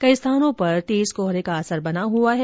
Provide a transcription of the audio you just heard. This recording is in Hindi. कई स्थानों पर कोहरे का असर बना हुआ है